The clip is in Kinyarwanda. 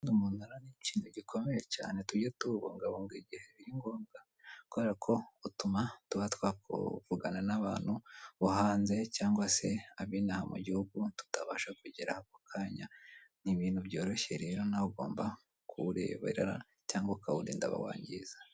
Umunara ni ikintu gikomeye cyane tujye tuwubungabunga igihe biri ngombwa. Kubera ko utuma tuba twakuvugana n'abantu bo hanze cyangwa se ab'inaha mu gihugu, tutabasha kugera ako kanya. Ni ibintu byoroshye rero nawe ugomba kuwureberera cyangwa ukawurinda abawangiriza.